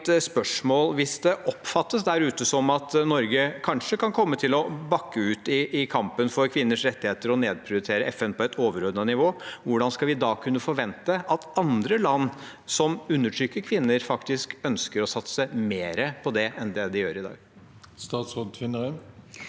Hvis det oppfattes der ute som at Norge kanskje kan komme til å bakke ut i kampen for kvinners rettigheter og nedprioritere FN på et overordnet nivå, hvordan skal vi da kunne forvente at land som undertrykker kvinner, faktisk ønsker å satse mer enn det de gjør i dag? Statsråd Anne